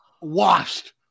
washed